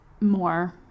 more